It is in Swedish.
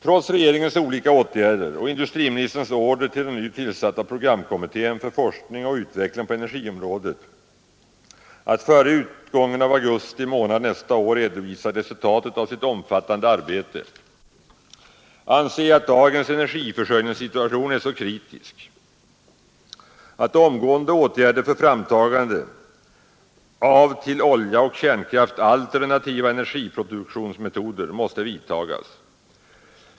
Trots regeringens olika åtgärder och industriministerns order till den nu tillsatta programkommittén för forskning och utveckling på energiområdet att före utgången av augusti månad nästa år redovisa resultatet av sitt omfattande arbete anser jag att dagens energiförsörjningssituation är så kritisk att omgående åtgärder för framtagande av till olja och kärnkraft alternativa energiproduktionsmetoder måste vidtas.